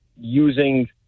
using